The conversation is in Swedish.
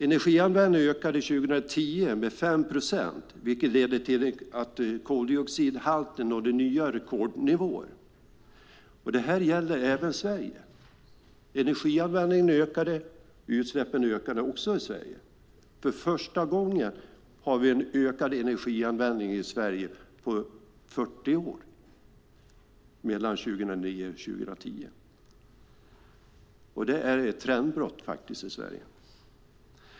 Energianvändningen ökade 2010 med 5 procent, vilket ledde till att koldioxidhalterna nådde nya rekordnivåer, och det gällde även Sverige. Energianvändningen och utsläppen ökade också i Sverige. År 2009 till 2010 hade vi en ökad energianvändning, och det var för första gången på 40 år. Det är ett trendbrott i Sverige.